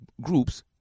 groups